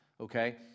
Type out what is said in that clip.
Okay